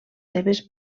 seves